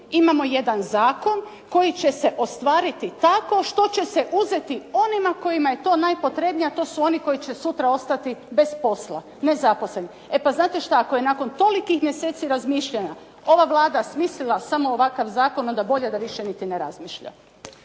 Imamo jedan zakon koji će se ostvariti tako što će se uzeti onima kojima je to najpotrebnije a to su oni koji će sutra ostati bez posla, nezaposleni. E pa znate šta? Ako je nakon tolikih mjeseci razmišljanja ova Vlada smislila samo ovakav zakon onda bolje da više niti ne razmišlja.